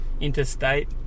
interstate